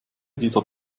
dieser